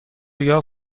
یاد